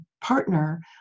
partner